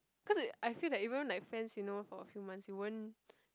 cause it I feel that even like friends you know for a few months you won't